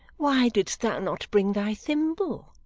why didst thou not bring thy thimble?